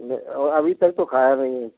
नहीं और अभी तक तो खाया नहीं है